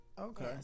Okay